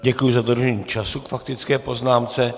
Děkuji za dodržení času k faktické poznámce.